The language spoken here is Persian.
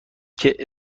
تکه